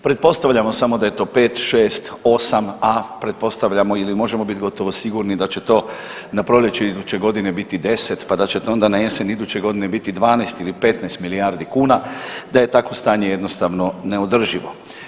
Pretpostavljamo samo da je to 5,6,8, a pretpostavljamo ili možemo biti gotovo sigurni da će to na proljeće iduće godine biti 10 pa da će to onda na jesen iduće godine biti 12 ili 15 milijardi kuna da je takvo stanje jednostavno neodrživo.